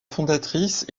fondatrice